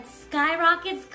skyrockets